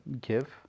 give